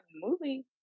movie